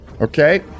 Okay